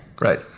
right